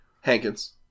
Hankins